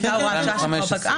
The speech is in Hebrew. היא הייתה הוראת שעה שכבר פקעה.